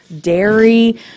dairy